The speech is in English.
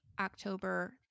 October